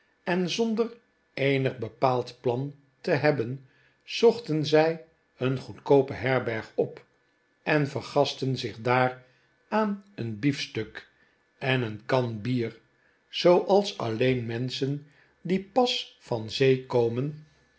en zonder eenig bepaald plan te hebben zochten zij een goedkoope herberg op en vergastten zich daar aan een biefstuk en een kan bier zooals alleen menschen die pas van zee komen